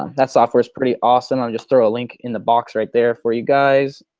um that software is pretty awesome. i'll just throw a link in the box right there for you guys.